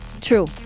True